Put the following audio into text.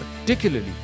particularly